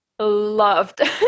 Loved